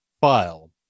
file